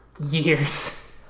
years